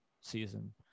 season